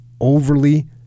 overly